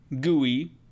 Gooey